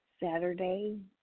Saturday